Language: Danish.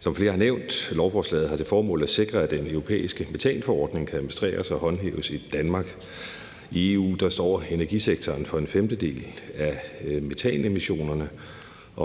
Som flere har nævnt, har lovforslaget til formål at sikre, at den europæiske metanforordning kan administreres og håndhæves i Danmark. I EU står energisektoren for en femtedel af metanemissionerne.